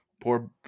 Poor